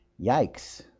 yikes